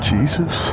Jesus